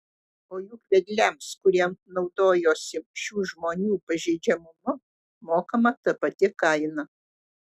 o juk vedliams kurie naudojosi šių žmonių pažeidžiamumu mokama ta pati kaina